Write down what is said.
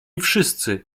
wszyscy